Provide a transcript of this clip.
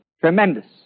Tremendous